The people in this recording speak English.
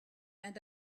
and